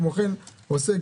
כמו כן, עוסק